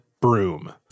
broom